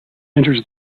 enters